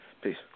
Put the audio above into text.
Peace